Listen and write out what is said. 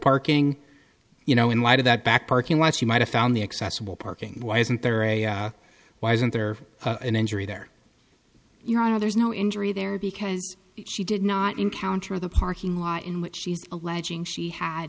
parking you know in light of that back parking lot she might have found the accessible parking why isn't there a why isn't there an injury there you know there's no injury there because she did not encounter the parking lot in which she's alleging she had